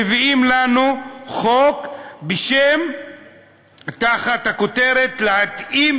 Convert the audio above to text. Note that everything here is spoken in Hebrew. מביאים לנו חוק תחת הכותרת "התאמת